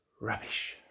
rubbish